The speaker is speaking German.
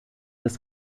des